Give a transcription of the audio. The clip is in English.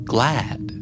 Glad